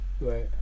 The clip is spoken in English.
Right